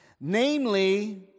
namely